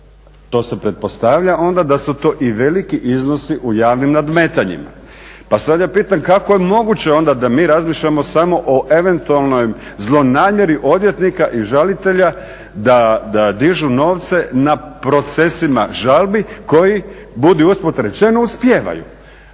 to se pretpostavlja, onda da su to i veliki iznosi u javnim nadmetanjima. Pa sad ja pitam kako je moguće onda da mi razmišljamo samo o eventualnoj zlonamjeri odvjetnika i žalitelja da dižu novce na procesima žalbi koji budu usput rečeno uspijevaju?